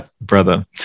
brother